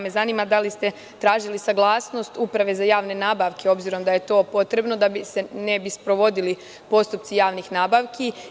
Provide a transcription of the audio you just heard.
Mene zanima da li ste tražili saglasnost Uprave za javne nabavke, obzirom da je to potrebno da se ne bi sprovodili postupci javnih nabavki.